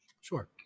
Sure